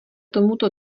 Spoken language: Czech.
tomuto